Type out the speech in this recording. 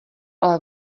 ale